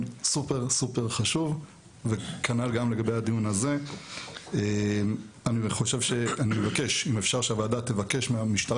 סופר חשוב וכנראה גם לגבי הדיון הזה אני מבקש אם אפשר שהוועדה תבקש מהמשטרה